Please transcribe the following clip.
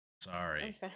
Sorry